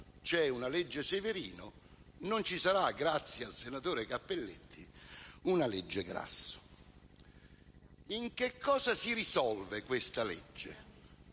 C'è una legge Severino, non ci sarà, grazie al senatore Cappelletti, una legge Grasso. In che cosa si risolve questa legge?